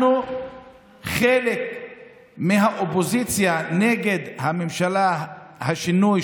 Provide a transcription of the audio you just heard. אנחנו חלק מהאופוזיציה נגד ממשלת השינוי,